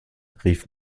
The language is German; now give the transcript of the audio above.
rief